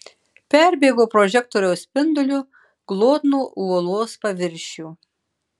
perbėgo prožektoriaus spinduliu glotnų uolos paviršių